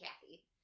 Kathy